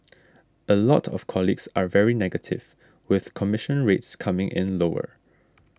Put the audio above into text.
a lot of colleagues are very negative with commission rates coming in lower